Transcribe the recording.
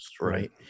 right